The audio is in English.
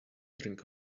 drink